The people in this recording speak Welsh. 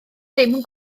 ddim